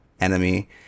enemy